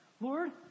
Lord